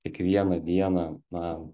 kiekvieną dieną na